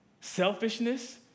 selfishness